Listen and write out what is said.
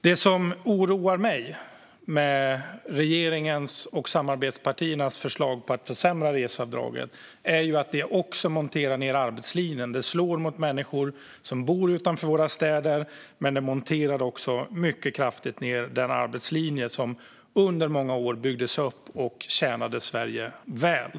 Det som oroar mig med regeringens och samarbetspartiernas förslag om att försämra reseavdraget är att det också monterar ned arbetslinjen. Det slår mot människor som bor utanför våra städer, men det monterar också mycket kraftigt ned den arbetslinje som under många år byggdes upp och tjänade Sverige väl.